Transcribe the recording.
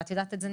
את יודעת את זה,